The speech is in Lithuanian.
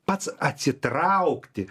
pats atsitraukti